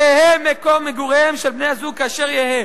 יהא מקום מגוריהם של בני-הזוג אשר יהא,